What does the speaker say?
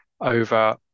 over